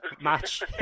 match